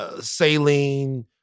Saline